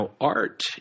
art